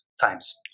times